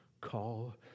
call